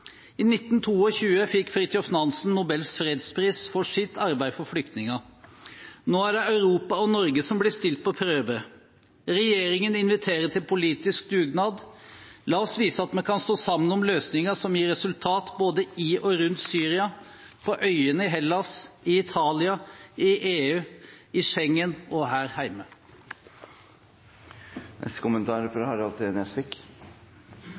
I 1922 fikk Fridtjof Nansen Nobels fredspris for sitt arbeid for flyktninger. Nå er det Europa og Norge som blir stilt på prøve. Regjeringen inviterer til politisk dugnad. La oss vise at vi kan stå sammen om løsninger som gir resultat både i og rundt Syria, på øyene i Hellas, i Italia, i EU, i Schengen og her